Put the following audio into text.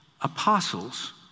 apostles